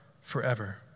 forever